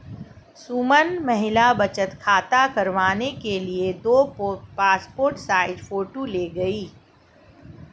सुमन महिला बचत खाता करवाने के लिए दो पासपोर्ट साइज फोटो ले गई